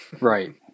Right